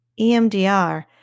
EMDR